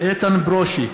איתן ברושי,